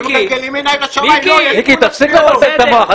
מיקי, תפסיק לבלבל את המוח.